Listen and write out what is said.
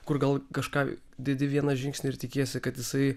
kur gal kažką dedi vieną žingsnį ir tikiesi kad jisai